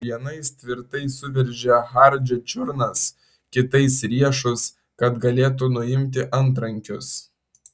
vienais tvirtai suveržė hardžio čiurnas kitais riešus kad galėtų nuimti antrankius